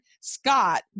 Scott